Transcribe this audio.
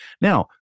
Now